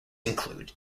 include